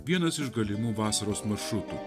vienas iš galimų vasaros maršrutų